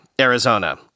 Arizona